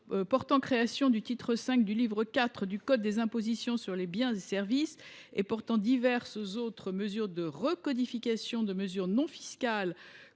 portant création du titre V du livre IV du code des impositions sur les biens et services (CIBS) et portant diverses autres mesures de recodification de mesures non fiscales